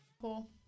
Cool